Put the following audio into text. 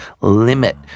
limit